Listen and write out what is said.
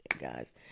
Guys